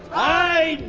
i